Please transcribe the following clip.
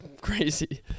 crazy